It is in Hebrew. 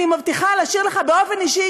אני מבטיחה לך באופן אישי,